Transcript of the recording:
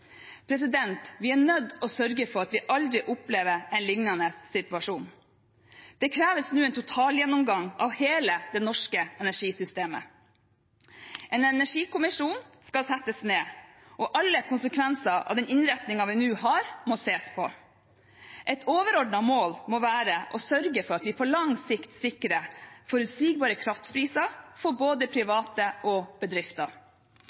Vi er nødt til å sørge for at vi aldri opplever en lignende situasjon. Det kreves nå en totalgjennomgang av hele det norske energisystemet. En energikommisjon skal settes ned, og alle konsekvenser av den innretningen vi nå har, må ses på. Et overordnet mål må være å sørge for at vi på lang sikt sikrer forutsigbare kraftpriser for både private og bedrifter.